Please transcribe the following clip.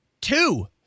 Two